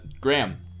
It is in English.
Graham